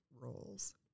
roles